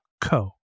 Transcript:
co